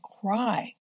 cry